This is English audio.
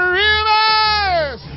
rivers